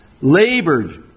labored